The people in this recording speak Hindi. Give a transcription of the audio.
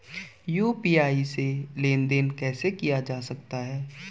यु.पी.आई से लेनदेन कैसे किया जा सकता है?